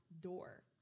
door